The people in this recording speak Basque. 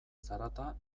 zarata